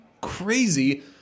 crazy